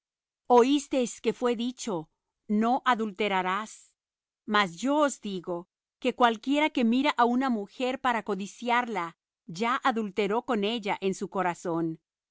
cuadrante oísteis que fué dicho no adulterarás mas yo os digo que cualquiera que mira á una mujer para codiciarla ya adulteró con ella en su corazón